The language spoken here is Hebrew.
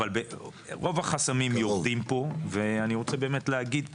אבל רוב החסמים יורדים פה ואני רוצה באמת להגיד פה,